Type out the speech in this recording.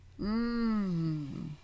Mmm